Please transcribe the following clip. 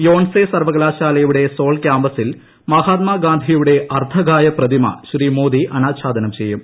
Yonsei സർവകലാശാലയുടെ Seoul കാമ്പസിൽ മഹാത്മാഗാന്ധിയുടെ അർദ്ധകായ പ്രതിമ ശ്രീ മോദി അനാഛാദനം ചെയ്യും